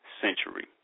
century